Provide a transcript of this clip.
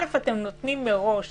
ראשית, אתם נותנים מראש